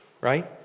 Right